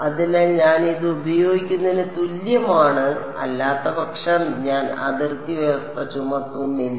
അതിനാൽ ഞാൻ ഇത് ഉപയോഗിക്കുന്നതിന് തുല്യമാണ് അല്ലാത്തപക്ഷം ഞാൻ അതിർത്തി വ്യവസ്ഥ ചുമത്തുന്നില്ല